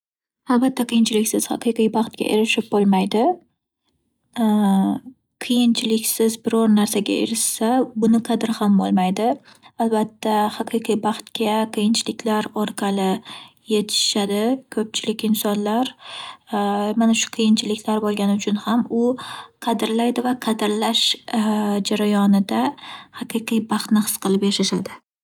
Albatta qiyinchiliksiz haqiqiy baxtga erishib bo'lmaydi. Qiyinchiliksiz biror narsaga erishsa, buni qadri ham bo'lmaydi. Albatta, haqiqiy baxtga qiyinchiliklar orqali yetishishadi. Ko'pchilik insonlar mana shu qiyinchiliklar bo'lgani uchun ham u qadrlaydi va qadrlash jarayonida haqiqiy baxtni his qilib yashashadi.